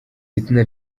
itsinda